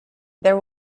there